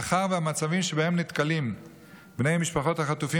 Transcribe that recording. מאחר שהמצבים שבהם נתקלים בני משפחות החטופים